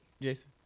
Jason